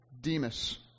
Demas